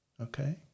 Okay